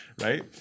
Right